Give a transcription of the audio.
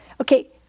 Okay